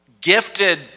gifted